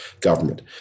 government